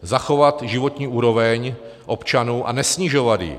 Zachovat životní úroveň občanů a nesnižovat ji.